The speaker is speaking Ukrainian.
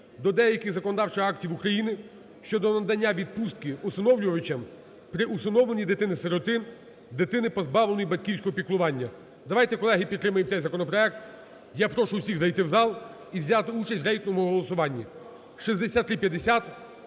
до деяких законодавчих актів України щодо надання відпустки усиновлювачам при усиновленні дитини-сироти, дитини, позбавленої батьківського піклування. Давайте, колеги, підтримаємо цей законопроект. Я прошу всіх зайти в зал і взяти участь в рейтинговому голосуванні. 6350